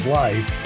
life